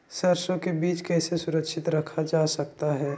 सरसो के बीज कैसे सुरक्षित रखा जा सकता है?